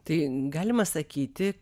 tai galima sakyti